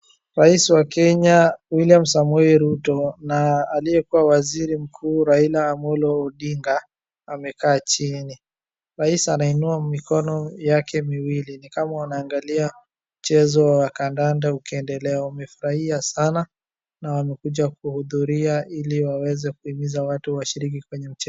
Rais wa Kenya William Samoei Ruto na aliyekuwa waziri mkuu Raila Amollo Odinga amekaa chini, rais anainua mikono yake miwili ni kama wanaangalia mchezo wa kandanda ukiendelea. Wamefurahia sana na wamekuja kuhudhuria ili waweze kuhimiza watu washiriki kwenye mchezo.